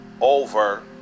over